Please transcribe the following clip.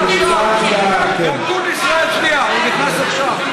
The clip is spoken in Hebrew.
הצבעה עכשיו.